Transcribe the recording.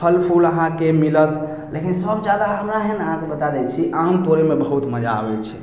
फल फूल अहाँके मिलत लेकिन सबसे ज्यादा हमरा हइ ने अहाँके हम बता दै छी आम तोड़यमे बहुत मजा आबै छै